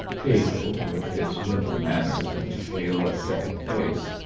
david, with his gentle manners and pale, ascetic face,